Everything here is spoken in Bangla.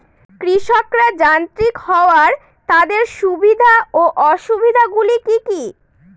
কৃষকরা যান্ত্রিক হওয়ার তাদের সুবিধা ও অসুবিধা গুলি কি কি?